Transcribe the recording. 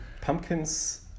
Pumpkins